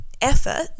effort